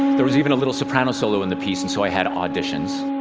there was even a little soprano solo in the piece, and so i had auditions.